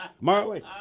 Marley